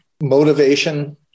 motivation